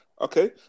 Okay